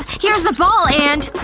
here's a ball and.